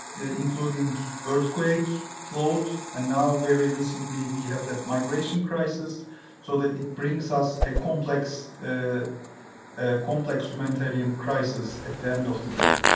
including earthquake followed. and now very recently, we have that migration crisis so that it brings us a complex, ah a complex humanitarian crisis at the end of the day.